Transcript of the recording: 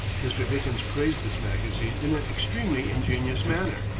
mr. dickens praised this magazine in an extremely ingenious manner.